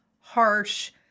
harsh